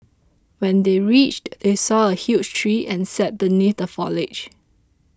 when they reached they saw a huge tree and sat beneath the foliage